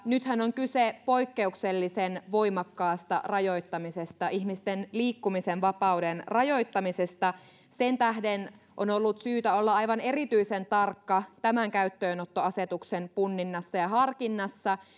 nythän on kyse poikkeuksellisen voimakkaasta rajoittamisesta ihmisten liikkumisen vapauden rajoittamisesta sen tähden on ollut syytä olla aivan erityisen tarkka tämän käyttöönottoasetuksen punninnassa ja ja harkinnassa